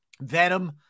Venom